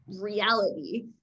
reality